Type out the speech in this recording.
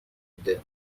بوده